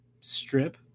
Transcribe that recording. strip